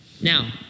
Now